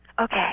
Okay